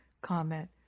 comment